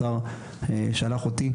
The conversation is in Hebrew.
השר שלח אותי,